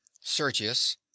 sergius